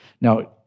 Now